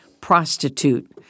prostitute